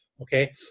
okay